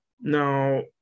Now